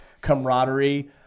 camaraderie